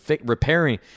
repairing